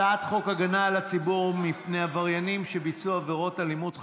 הצעת חוק הגנה על הציבור מפני עבריינים שביצעו עבירות אלימות חמורות,